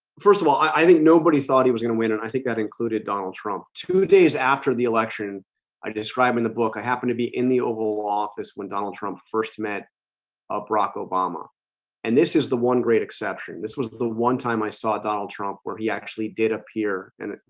first of all i i think nobody thought he was gonna win and i think that included donald trump two days after the election i described in the book i happened to be in the oval office when donald trump first met a brocco bomber and this is the one great exception. this was the one time i saw donald trump where he actually did up here and